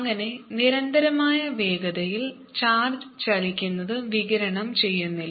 അങ്ങനെ നിരന്തരമായ വേഗതയിൽ ചാർജ്ജ് ചലിക്കുന്നത് വികിരണം ചെയ്യുന്നില്ല